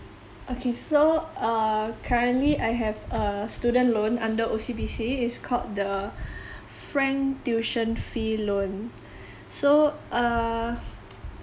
okay so uh currently I have a student loan under O_C_B_C it's called the frank tuition fee loan so uh